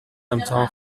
امتحان